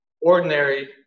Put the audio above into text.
ordinary